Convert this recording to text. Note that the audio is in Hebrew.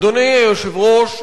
אדוני היושב-ראש,